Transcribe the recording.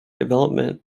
development